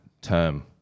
term